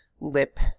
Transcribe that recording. lip